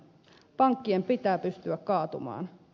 pankkien pitää pystyä kaatumaan